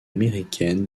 américaine